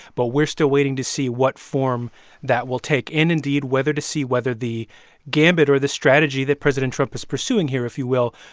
but we're still waiting to see what form that will take and, indeed, whether to see whether the gambit or the strategy that president trump is pursuing here, if you will,